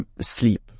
sleep